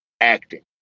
acting